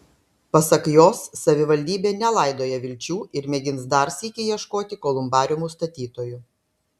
pasak jos savivaldybė nelaidoja vilčių ir mėgins dar sykį ieškoti kolumbariumų statytojų